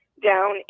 down